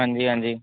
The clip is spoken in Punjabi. ਹਾਂਜੀ ਹਾਂਜੀ